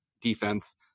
defense